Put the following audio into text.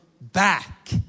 back